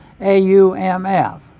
AUMF